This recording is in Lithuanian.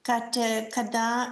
kad kada